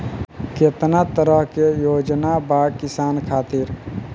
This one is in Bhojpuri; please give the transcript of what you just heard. केतना तरह के योजना बा किसान खातिर?